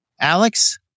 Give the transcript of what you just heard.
Alex